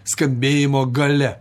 skambėjimo galia